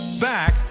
back